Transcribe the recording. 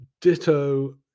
Ditto